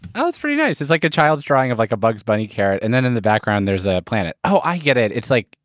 oh that's pretty nice. it's like a child's drawing of like a bug's bunny carrot, and then in the background, there's ah a planet. oh i get it, it's like,